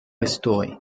restauré